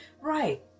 Right